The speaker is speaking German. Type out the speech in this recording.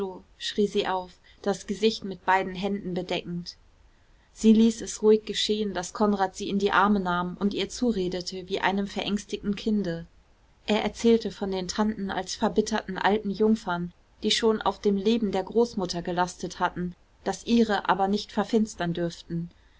schrie sie auf das gesicht mit beiden händen bedeckend sie ließ es ruhig geschehen daß konrad sie in die arme nahm und ihr zuredete wie einem verängstigten kinde er erzählte von den tanten als verbitterten alten jungfern die schon auf dem leben der großmutter gelastet hätten das ihre aber nicht verfinstern dürften